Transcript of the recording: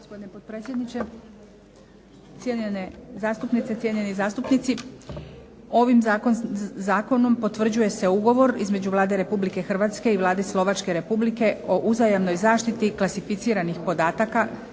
gospodine potpredsjedniče. Cijenjene zastupnice, cijenjeni zastupnici. Ovim zakonom potvrđuje se Ugovor između Vlade Republike Hrvatske i Vlade Slovačke Republike o uzajamnoj zaštiti klasificiranih podataka